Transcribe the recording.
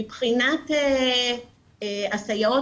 מבחינת הסייעות,